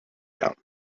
out